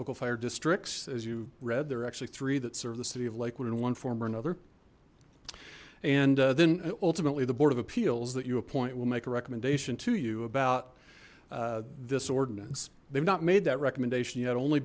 local fire districts as you read they're actually three that serve the city of lakewood in one form or another and then ultimately the board of appeals that you appoint will make a recommendation to you about this ordinance they've not made that recommendation yet only